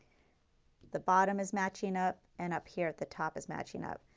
the bottom is matching up and up here at the top is matching up.